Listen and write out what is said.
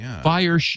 fire